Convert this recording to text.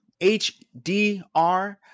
HDR